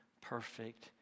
perfect